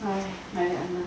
!aiya! like that one lah